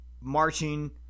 marching